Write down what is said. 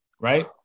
right